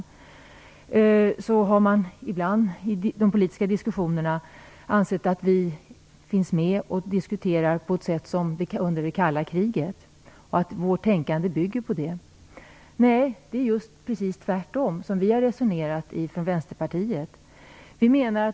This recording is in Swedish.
Man har ibland i de politiska diskussionerna ansett att vi diskuterar på samma sätt nu som man gjorde under det kalla kriget och att vårt tänkande bygger på det. Men det är precis tvärtom som vi från Vänsterpartiet har resonerat.